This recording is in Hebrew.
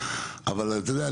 אבל אתה יודע,